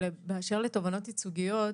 באשר לתובענות ייצוגיות,